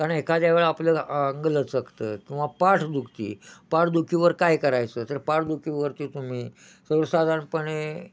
कारण एखाद्या वेळा आपल्याला अंग लचकतं किंवा पाठदुखी पाठदुखीवर काय करायचं तर पाठदुखीवरती तुम्ही सर्वसाधारणपणे